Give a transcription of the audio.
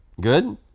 Good